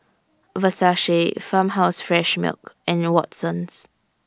Versace Farmhouse Fresh Milk and Watsons